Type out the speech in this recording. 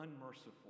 unmerciful